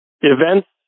events